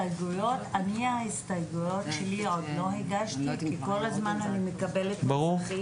אני את ההסתייגויות שלי עוד לא הגשתי כי כל הזמן אני מקבלת מסמכים,